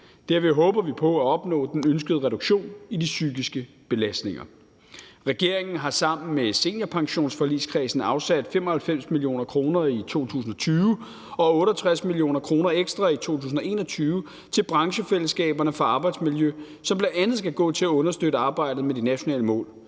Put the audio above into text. Derved håber vi på at opnå den ønskede reduktion i de psykiske belastninger. Regeringen har sammen med seniorpensionsforligskredsen afsat 95 mio. kr. i 2020 og 68 mio. kr. ekstra i 2021 til branchefællesskaberne for arbejdsmiljø, som bl.a. skal gå til at understøtte arbejdet med de nationale mål.